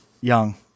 young